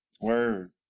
Word